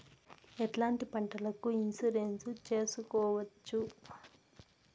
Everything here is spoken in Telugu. ఎట్లాంటి పంటలకు ఇన్సూరెన్సు చేసుకోవచ్చు?